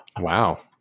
Wow